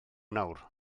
nawr